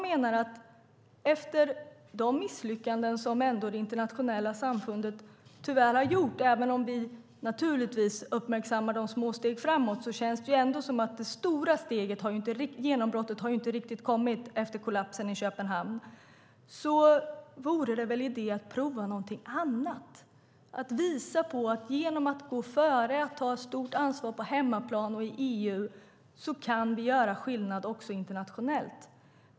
Efter de misslyckanden som det internationella samfundet tyvärr ändå har gjort - även om vi naturligtvis uppmärksammar de små stegen framåt känns det som om det stora genombrottet inte riktigt har kommit efter kollapsen i Köpenhamn - vore det väl idé att pröva någonting annat och visa att vi genom att gå före och ta ett stort ansvar på hemmaplan och i EU kan göra skillnad också internationellt.